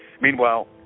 Meanwhile